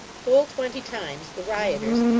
full twenty times, the rioters,